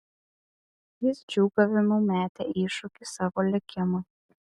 jis džiūgavimu metė iššūkį savo likimui